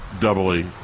doubly